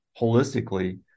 holistically